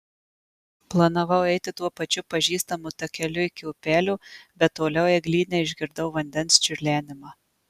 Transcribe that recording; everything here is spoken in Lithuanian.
planavau eiti tuo pačiu pažįstamu takeliu iki upelio bet toliau eglyne išgirdau vandens čiurlenimą